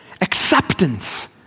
Acceptance